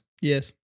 yes